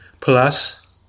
plus